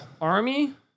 Army